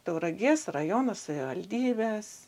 tauragės rajono savivaldybės